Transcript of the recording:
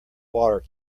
water